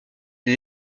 des